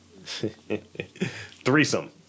threesome